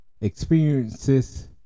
experiences